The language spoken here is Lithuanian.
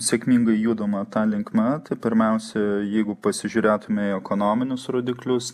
sėkmingai judama ta linkme tai pirmiausia jeigu pasižiūrėtume į ekonominius rodiklius